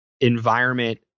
environment